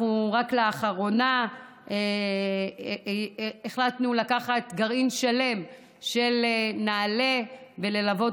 רק לאחרונה החלטנו לקחת גרעין שלם של נעל"ה וללוות